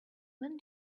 when